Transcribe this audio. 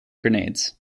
grenades